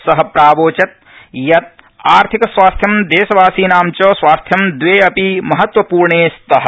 सः प्रावोचत् यत् आर्थिक स्वास्थ्यं देशवासीनां च स्वास्थ्यं द्वे अपि महत्वपूर्णे स्तः